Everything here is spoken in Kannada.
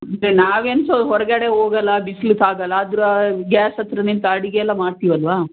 ಅಂದರೆ ನಾವೆಂಥದು ಹೊರಗಡೆ ಹೋಗಲ್ಲ ಬಿಸಿಲು ತಾಗಲ್ಲ ಆದರೂ ಗ್ಯಾಸ್ ಹತ್ತಿರ ನಿಂತು ಅಡಿಗೆಯೆಲ್ಲ ಮಾಡ್ತೀವಲ್ವಾ